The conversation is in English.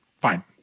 fine